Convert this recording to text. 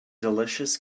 delicious